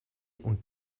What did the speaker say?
und